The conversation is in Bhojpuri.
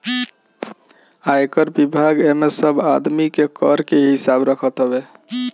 आयकर विभाग एमे सब आदमी के कर के हिसाब रखत हवे